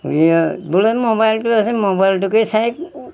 বলেন মোবাইলটো আছে মোবাইলটোকে চাই